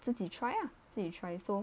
自己 try ah 自己 try so